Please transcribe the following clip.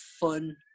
fun